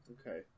Okay